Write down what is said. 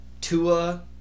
Tua